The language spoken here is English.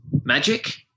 magic